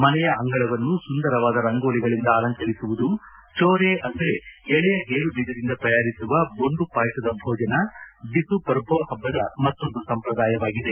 ಮನೆಯ ಅಂಗಳವನ್ನು ಸುಂದರವಾದ ರಂಗೋಲಿಗಳಿಂದ ಅಲಂಕರಿಸುವುದು ಜೋರೆ ಅಂದರೆ ಎಳೆಯ ಗೇರುಬೀಜದಿಂದ ತಯಾರಿಸುವ ಬೊಂಡು ಪಾಯಸದ ಭೋಜನ ಬಿಸುಪರ್ಬೋ ಹಬ್ಬದ ಮತ್ತೊಂದು ಸಂಪ್ರದಾಯವಾಗಿದೆ